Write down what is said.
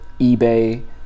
eBay